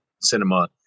cinema